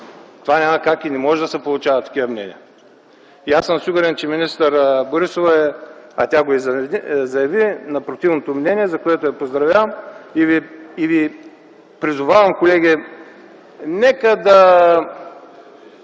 пълната забрана. Но може да се получават такива мнения. Аз съм сигурен, че министър Борисова, тя го изрази, е на противното мнение, за което я поздравявам. И Ви призовавам, колеги, нека да